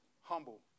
humble